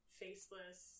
faceless